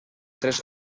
tres